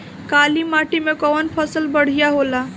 काली माटी मै कवन फसल बढ़िया होला?